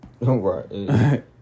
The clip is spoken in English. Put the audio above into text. Right